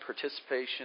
participation